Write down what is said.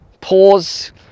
pause